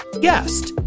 guest